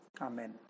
Amen